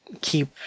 keep